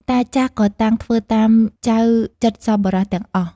តាចាស់ ក៏តាំងធ្វើតាមចៅចិត្តសប្បុរសទាំងអស់ ។